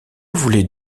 voulait